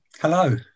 hello